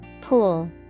Pool